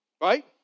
right